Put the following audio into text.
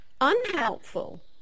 unhelpful